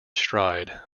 stride